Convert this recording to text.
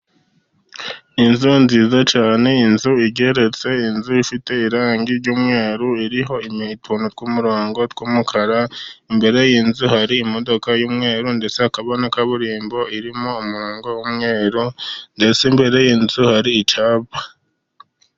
Inzu nziza cyane, inzu igeretse, inzu ifite irangi ry'umweru, iriho utuntu tw'umurongo tw'umukara, imbere y'inzu hari imodoka y'umweru, ndetse hakaba na kaburimbo irimo umurongo w'umweru, ndetse imbere y'inzu hari icyapa.